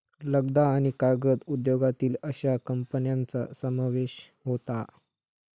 लगदा आणि कागद उद्योगातील अश्या कंपन्यांचा समावेश होता